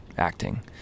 acting